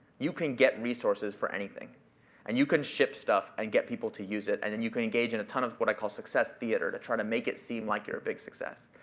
you can get resources for anything and you can ship stuff and get people to use it and then you can engage in a ton of what i call success theater, to try to make it seem like you're a big success.